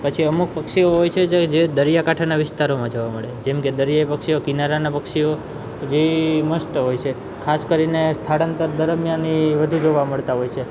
પછી અમુક પક્ષીઓ હોય છે જે જે દરિયા કાંઠેના વિસ્તારોમાં જોવા મળે જેમ કે દરિયાઈ પક્ષીઓ કિનારાના પક્ષીઓ જે મસ્ત હોય છે ખાસ કરીને સ્થળાંતર દરમ્યાન એ વધુ જોવા મળતા હોય છે